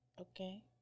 Okay